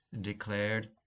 declared